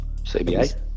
CBA